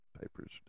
Papers